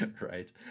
Right